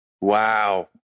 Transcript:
Wow